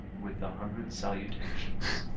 with a hundred salutations.